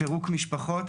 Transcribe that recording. פירוק משפחות,